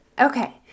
Okay